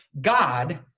God